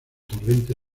torrente